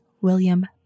William